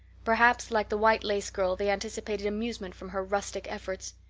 perhaps, like the white-lace girl, they anticipated amusement from her rustic efforts.